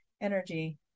energy